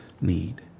need